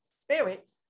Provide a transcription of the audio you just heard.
spirits